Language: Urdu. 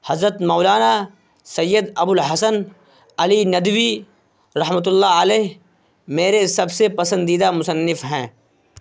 حضرت مولانا سید ابو الحسن علی ندوی رحمتہ اللہ علیہ میرے سب سے پسندیدہ مصنف ہیں